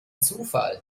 zufall